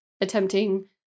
attempting